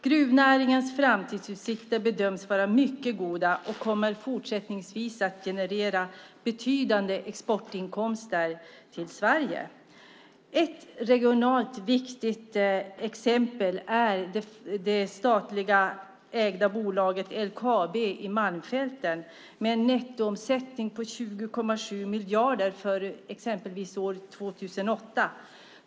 Gruvnäringens framtidsutsikter bedöms vara mycket goda, och den kommer fortsättningsvis att generera betydande exportinkomster till Sverige. Ett regionalt viktigt exempel är det statligt ägda LKAB i Malmfälten med en nettoomsättning på 20,7 miljarder för 2008.